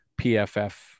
PFF